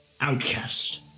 Outcast